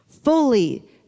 Fully